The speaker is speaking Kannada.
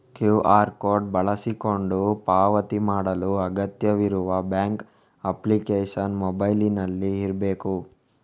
ಕ್ಯೂಆರ್ ಕೋಡು ಬಳಸಿಕೊಂಡು ಪಾವತಿ ಮಾಡಲು ಅಗತ್ಯವಿರುವ ಬ್ಯಾಂಕ್ ಅಪ್ಲಿಕೇಶನ್ ಮೊಬೈಲಿನಲ್ಲಿ ಇರ್ಬೇಕು